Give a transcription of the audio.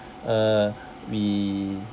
uh we